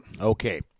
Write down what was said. Okay